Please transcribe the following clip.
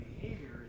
behavior